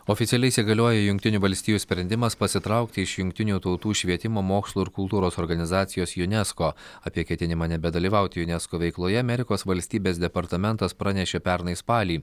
oficialiai įsigaliojo jungtinių valstijų sprendimas pasitraukti iš jungtinių tautų švietimo mokslo ir kultūros organizacijos unesco apie ketinimą nebedalyvauti unesco veikloje amerikos valstybės departamentas pranešė pernai spalį